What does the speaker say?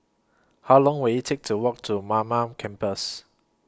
How Long Will IT Take to Walk to Mamam Campus